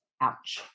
Ouch